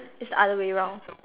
it's the other way round